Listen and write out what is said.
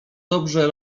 dobrze